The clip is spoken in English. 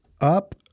up